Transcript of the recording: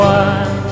one